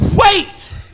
Wait